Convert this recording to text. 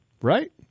Right